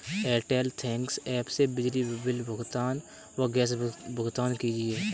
Airtel thanks app से बिजली bill का भुगतान व गैस भुगतान कीजिए